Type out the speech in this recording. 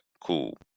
Cool